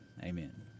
Amen